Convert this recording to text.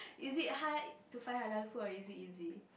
is it hard to find halal food or is it easy